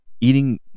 eating